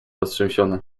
roztrzęsiona